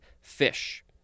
fish